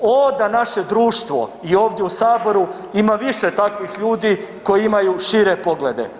Ovo da naše društvo i ovdje u Saboru, ima više takvih ljudi koji imaju šire poglede.